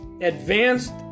advanced